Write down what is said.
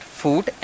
food